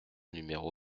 numéro